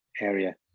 area